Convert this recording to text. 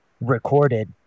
recorded